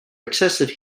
excessive